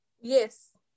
Yes